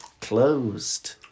closed